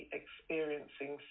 experiencing